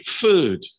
food